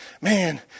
Man